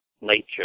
nature